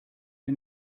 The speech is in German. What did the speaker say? der